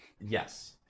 Yes